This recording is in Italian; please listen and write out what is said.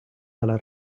dalla